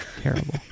Terrible